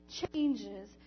changes